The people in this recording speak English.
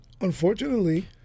unfortunately